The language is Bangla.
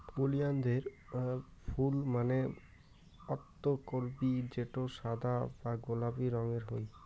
ওলিয়ানদের ফুল মানে অক্তকরবী যেটো সাদা বা গোলাপি রঙের হই